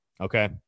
okay